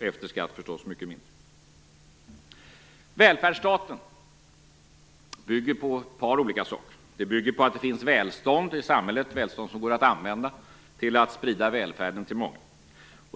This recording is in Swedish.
efter skatt förstås mycket mindre. Välfärdsstaten bygger på ett par olika saker. Den bygger på att det finns välstånd i samhället, välstånd som går att använda till att sprida välfärd till många.